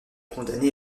condamné